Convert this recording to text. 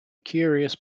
curious